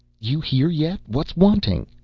you here yet? what's wanting?